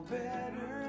better